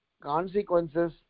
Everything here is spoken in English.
consequences